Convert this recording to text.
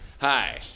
Hi